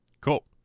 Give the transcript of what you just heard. Cool